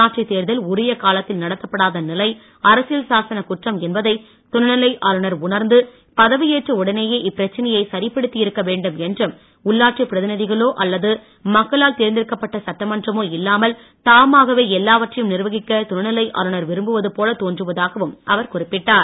உள்ளாட்சி தேர்தல் உரிய காலத்தில் நடத்தப்படாத நிலை அரசியல் சாசன குற்றம் என்பதை துணைநிலை ஆளுநர் உணர்ந்து பதவியேற்ற உடனேயே இப்பிரச்சனையை சரிப்படுத்தி இருக்க வேண்டும் என்றும் உள்ளாட்சி பிரதிநிதிகளோ அல்லது மக்களால் தேர்ந்தெடுக்கப்பட்ட சட்டமன்றமோ இல்லாமல் தாமாகவே எல்லாவற்றையும் நிர்வகிக்க துணைநிலை ஆளுநர் விரும்புவது போலத் தோன்றுவதாகவும் அவர் குறிப்பிட்டார்